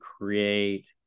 create